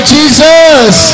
Jesus